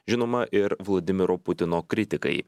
žinoma ir vladimiro putino kritikai